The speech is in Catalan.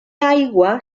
aigua